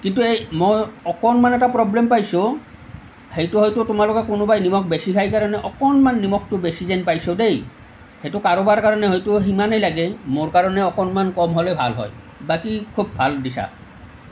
কিন্তু এই মই অকণমান এটা প্ৰব্লেম পাইছোঁ সেইটো হয়টো তোমোলোকক কোনোবাই নিমখ বেছি খায় কাৰণে অকণমান নিমখটো বেছি যেন পাইছোঁ দেই সেইটো কাৰোবাৰ কাৰণে হয়তো সিমানেই লাগে মোৰ কাৰণে অকণমান কম হ'লে ভাল হয় বাকী খুব ভাল দিছা